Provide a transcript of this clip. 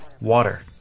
water